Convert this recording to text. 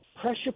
pressure